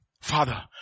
Father